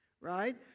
right